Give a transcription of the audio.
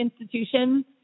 institutions